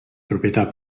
proprietà